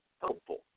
helpful